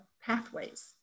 pathways